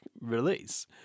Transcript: release